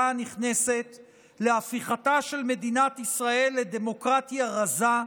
הנכנסת להפיכתה של מדינת ישראל לדמוקרטיה רזה,